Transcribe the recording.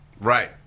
right